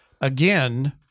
again